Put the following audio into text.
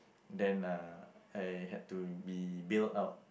then uh I had to be bailed out